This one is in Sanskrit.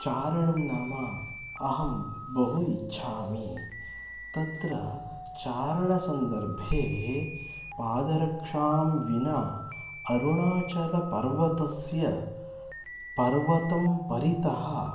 चारणं नाम अहं बहु इच्छामि तत्र चारणसन्दर्भे पादरक्षां विना अरुणाचलपर्वतस्य पर्वतं परितः